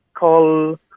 call